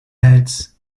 heads